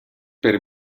per